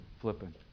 flipping